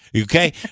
Okay